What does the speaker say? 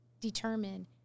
determine